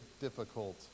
difficult